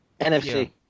NFC